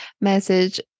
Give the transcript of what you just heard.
message